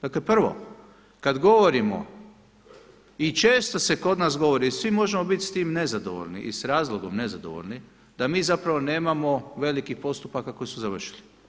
Dakle prvo kada govorimo i često se kod nas govori i svi možemo biti s tim nezadovoljni i s razlogom nezadovoljni da mi zapravo nemamo velikih postupaka koji su završili.